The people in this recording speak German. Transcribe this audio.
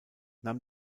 nahm